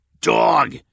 dog